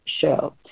show